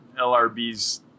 LRB's